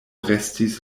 restis